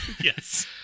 Yes